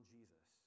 Jesus